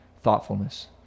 thoughtfulness